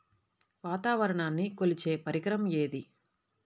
వాతావరణాన్ని కొలిచే పరికరం ఏది?